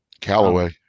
Callaway